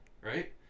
right